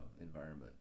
environment